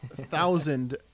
thousand